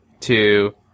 two